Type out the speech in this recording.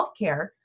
healthcare